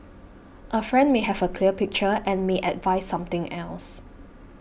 a friend may have a clear picture and may advise something else